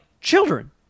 children